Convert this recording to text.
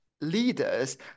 leaders